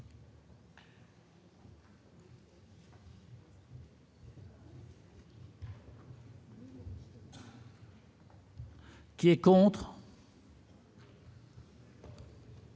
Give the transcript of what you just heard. Qui est contre.